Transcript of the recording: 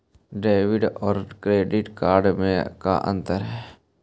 Debit और credit card में का अंतर है?